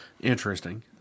Interesting